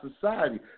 society